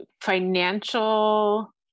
financial